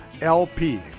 LP